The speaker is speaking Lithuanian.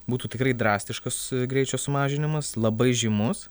būtų tikrai drastiškas greičio sumažinimas labai žymus